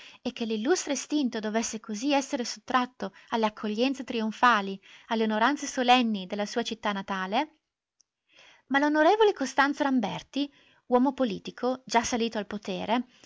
e che l'illustre estinto dovesse così essere sottratto alle accoglienze trionfali alle onoranze solenni della sua città natale ma l'on costanzo ramberti uomo politico già salito al potere